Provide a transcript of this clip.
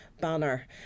banner